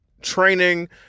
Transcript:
training